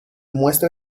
muestra